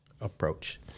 approach